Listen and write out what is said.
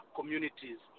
communities